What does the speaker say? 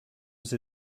ces